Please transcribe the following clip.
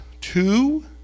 two